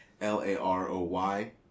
L-A-R-O-Y